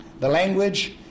language